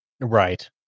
Right